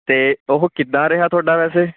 ਤੇ ਉਹ ਕਿੱਦਾਂ ਰਿਹਾ ਤੁਹਾਡਾ ਵੈਸੇ